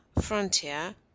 frontier